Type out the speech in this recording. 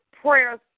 prayers